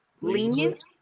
Lenient